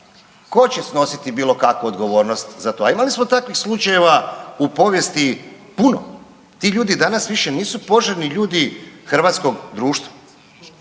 ko će snositi bilo kakvu odgovornost za to? A imali smo takvih slučajeva u povijesti puno. Ti ljudi danas više nisu poželjni ljudi hrvatskog društva.